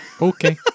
Okay